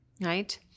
right